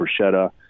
bruschetta